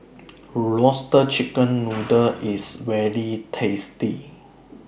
Roasted Chicken Noodle IS very tasty